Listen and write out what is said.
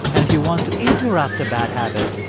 and if you want to interrupt a bad habit,